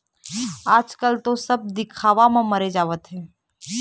आजकल तो सब दिखावा म मरे जावत हें